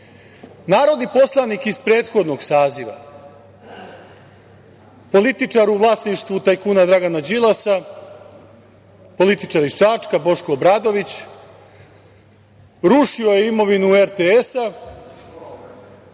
Narodni poslanik iz prethodnog saziva, političar u vlasništvu tajkuna Dragana Đilasa, političar iz Čačka, Boško Obradović rušio je imovinu RTS,